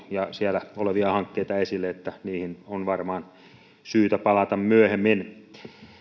ja oulussa olevia hankkeita esille ja niihin on varmaan syytä palata myöhemmin